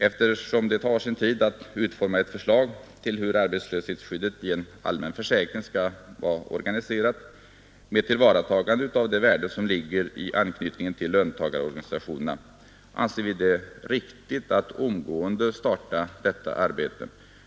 Eftersom det tar sin tid att utforma ett förslag till hur arbetslöshetsskyddet i en allmän försäkring skall vara organiserat, med tillvaratagande av det värde som ligger i anknytningen till löntagarorganisationerna, anser vi det vara riktigt att omgående starta detta arbete.